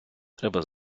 треба